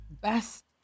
best